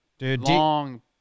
long